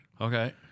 Okay